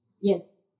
Yes